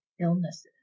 illnesses